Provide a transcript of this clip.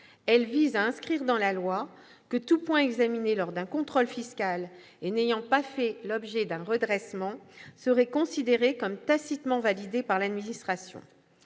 Elle vise à inscrire dans la loi que tout point examiné lors d'un contrôle fiscal et n'ayant pas fait l'objet d'un redressement serait considéré comme tacitement validé par l'administration.